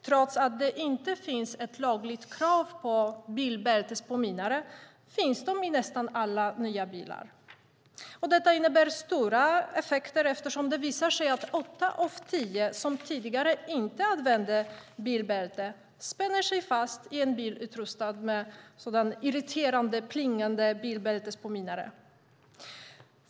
Trots att det inte finns ett lagligt krav på bilbältespåminnare finns de i nästan alla nya bilar. Detta innebär stora effekter, eftersom det visar sig att åtta av tio som tidigare inte använde bilbälte spänner fast sig i en bil utrustad med en irriterande plingande bilbältespåminnare.